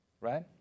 right